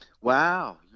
Wow